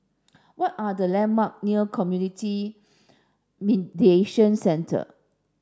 what are the landmark near Community Mediation Centre